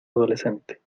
adolescente